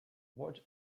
what